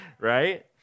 Right